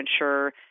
ensure